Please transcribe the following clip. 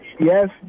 Yes